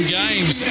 games